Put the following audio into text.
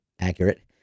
accurate